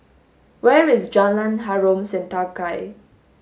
where is Jalan Harom Setangkai